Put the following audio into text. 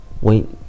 Wait